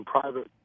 private